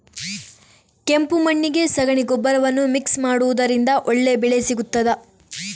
ಕೆಂಪು ಮಣ್ಣಿಗೆ ಸಗಣಿ ಗೊಬ್ಬರವನ್ನು ಮಿಕ್ಸ್ ಮಾಡುವುದರಿಂದ ಒಳ್ಳೆ ಬೆಳೆ ಸಿಗುತ್ತದಾ?